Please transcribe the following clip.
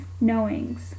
knowings